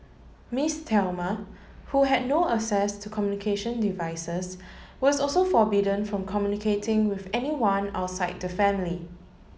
Miss Thelma who had no access to communication devices was also forbidden from communicating with anyone outside the family